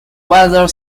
weather